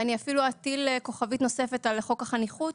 ניתן לשים כוכבית נוספת על חוק החניכות